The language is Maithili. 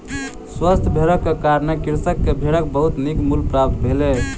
स्वस्थ भेड़क कारणें कृषक के भेड़क बहुत नीक मूल्य प्राप्त भेलै